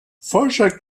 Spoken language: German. forscher